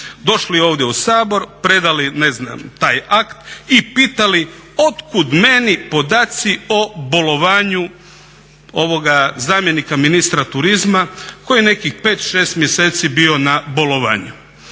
došli ovdje u Sabor predali ne znam taj akt i pitali od kuda meni podaci o bolovanju zamjenika ministra turizma koji je nekih 5, 6 mjeseci bio na bolovanju.